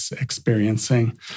experiencing